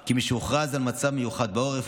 כי משהוכרז על מצב מיוחד בעורף,